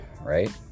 right